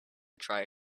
try